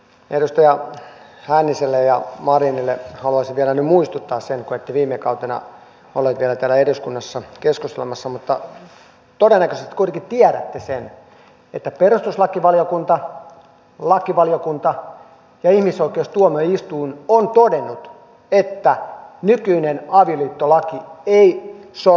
edustaja hänniselle ja marinille haluaisin vielä nyt muistuttaa kun ette viime kautena olleet vielä täällä eduskunnassa keskustelemassa mutta todennäköisesti kuitenkin tiedätte sen että perustuslakivaliokunta lakivaliokunta ja ihmisoikeustuomioistuin ovat todenneet että nykyinen avioliittolaki ei sorra ketään